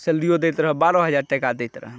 Celerio दैत रहै बारह हजार टाका दैत रहै